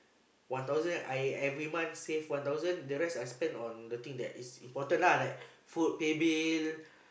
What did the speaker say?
one thousand I every month save one thousand the rest I spend on the thing that is important lah like food pay bill